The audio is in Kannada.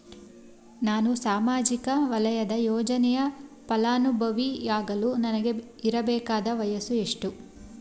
ನಾನು ಸಾಮಾಜಿಕ ವಲಯದ ಯೋಜನೆಯ ಫಲಾನುಭವಿ ಯಾಗಲು ನನಗೆ ಇರಬೇಕಾದ ವಯಸ್ಸು ಎಷ್ಟು?